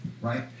right